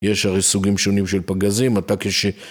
יש הרי סוגים שונים של פגזים, אתה כש...